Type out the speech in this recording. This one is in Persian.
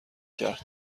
کرد